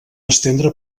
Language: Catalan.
estendre